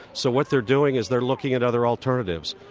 so what they're doing is they're looking at other alternatives.